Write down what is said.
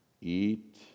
Eat